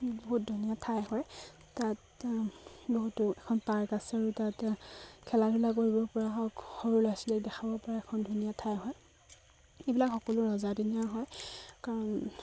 বহুত ধুনীয়া ঠাই হয় তাত বহুতো এখন পাৰ্ক আছে আৰু তাত খেলা ধূলা কৰিব পৰা হওক সৰু ল'ৰা ছোৱালীক দেখাব পৰা এখন ধুনীয়া ঠাই হয় এইবিলাক সকলো ৰজাদিনীয়া হয় কাৰণ